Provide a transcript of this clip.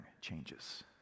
changes